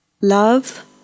love